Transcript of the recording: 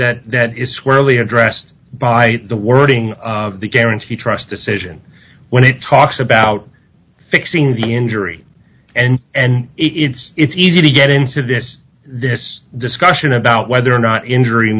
that is squarely addressed by the wording of the guaranty trust decision when it talks about fixing the injury and and it's it's easy to get into this this discussion about whether or not injury